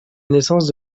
naissance